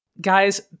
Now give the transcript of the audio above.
Guys